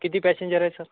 किती पॅसेंजर आहे सर